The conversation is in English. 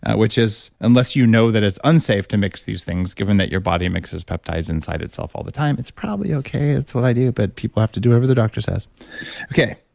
which is unless you know that it's unsafe to mix these things given that your body mixes peptides inside itself all the time, it's probably okay, it's what i do but people have to do whatever the doctor says okay,